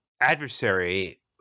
adversary